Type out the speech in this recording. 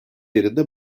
yerinde